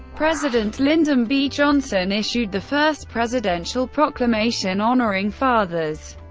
president lyndon b. johnson issued the first presidential proclamation honoring fathers,